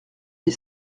des